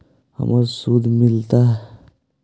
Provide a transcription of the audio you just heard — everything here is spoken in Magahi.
हमरा शुद्ध मिलता?